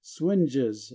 swinges